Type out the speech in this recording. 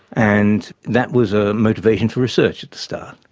and that was a motivation for research at the start.